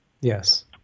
Yes